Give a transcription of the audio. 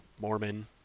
Mormon